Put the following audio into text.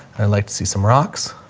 i like to see some rocks.